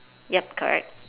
ya correct